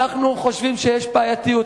אנחנו חושבים שיש בעייתיות.